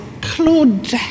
Claude